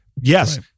yes